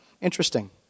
interesting